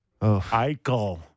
Eichel